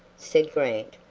said grant,